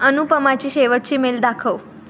अनुपमाची शेवटची मेल दाखव